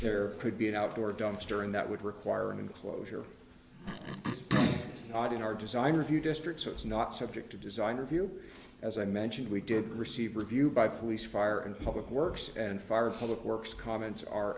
there could be an outdoor dumpster and that would require an enclosure not in our design review district so it's not subject to design review as i mentioned we did receive review by police fire and public works and fire a public works comments are